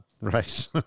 Right